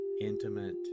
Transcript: intimate